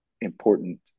important